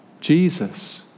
Jesus